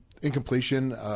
Incompletion